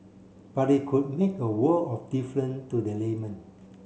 but it could make a world of different to the layman